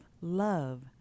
love